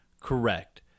correct